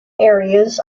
areas